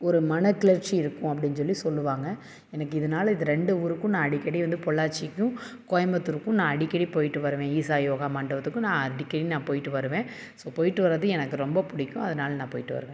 ஒரு மன கிளர்ச்சி இருக்கும் அப்படின் சொல்லி சொல்லுவாங்க எனக்கு இதனால இது ரெண்டு ஊருக்கும் நான் அடிக்கடி வந்து பொள்ளாச்சிக்கும் கோயம்புத்தூருக்கும் நான் அடிக்கடி போய்ட்டு வருவேன் ஈஷா யோகா மண்டபத்துக்கு நான் அடிக்கடி நான் போய்ட்டு வருவேன் ஸோ போய்ட்டு வரது எனக்கு ரொம்ப பிடிக்கும் அதனால் நான் போய்ட்டு வருவேன்